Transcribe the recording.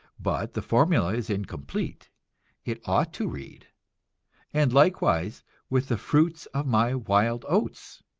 but the formula is incomplete it ought to read and likewise with the fruits of my wild oats.